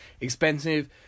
expensive